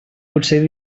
potser